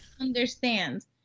understand